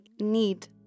need